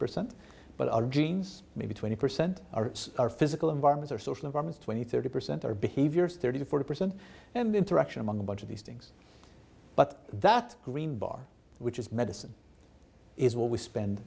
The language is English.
percent but our genes maybe twenty percent are our physical environment or social norms twenty thirty percent are behaviors thirty to forty percent and interaction among a bunch of these things but that green bar which is medicine is what we spend